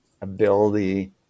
ability